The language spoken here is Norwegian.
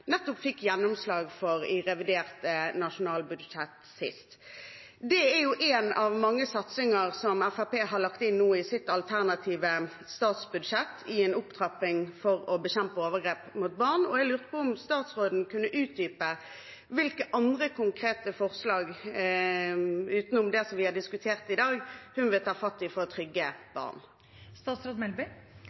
fikk gjennomslag for i revidert nasjonalbudsjett sist. Det er en av mange satsinger som Fremskrittspartiet nå har lagt inn i sitt alternative statsbudsjett i en opptrapping for å bekjempe overgrep mot barn. Jeg lurte på om statsråden kunne utdype hvilke andre konkrete forslag, utenom det som vi har diskutert i dag, hun vil ta fatt i for å trygge